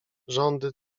rządy